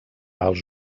als